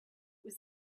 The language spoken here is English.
was